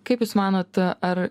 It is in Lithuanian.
kaip jūs manot ar